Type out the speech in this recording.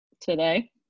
today